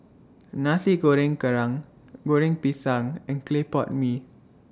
Nasi Goreng Kerang Goreng Pisang and Clay Pot Mee